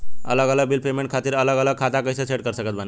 अलग अलग bill payment खातिर अलग अलग खाता कइसे सेट कर सकत बानी?